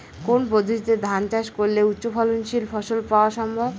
কোন পদ্ধতিতে ধান চাষ করলে উচ্চফলনশীল ফসল পাওয়া সম্ভব?